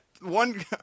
one